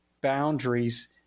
boundaries